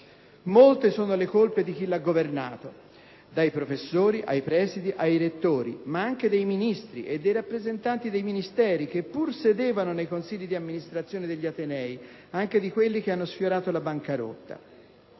Molte sono le colpe di chi l'ha governato, dai professori ai presidi, ai rettori, ma anche dei Ministri e dei rappresentanti dei Ministeri che pur sedevano nei consigli di amministrazione degli atenei, anche di quelli che hanno sfiorato la bancarotta,